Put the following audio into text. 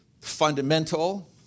fundamental